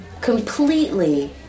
completely